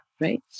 right